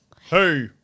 Hey